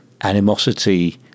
animosity